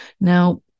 Now